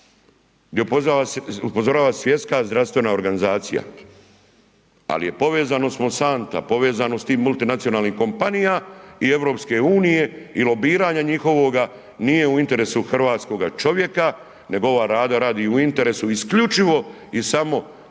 gdje upozorava Svjetska zdravstvena organizacija, ali povezano …/nerazumljivo/… s tim multinacionalnim kompanija i EU i lobiranja njihovoga nije u interesu hrvatskoga čovjeka, nego ova Vlada radi u interesu isključivo i samo EU.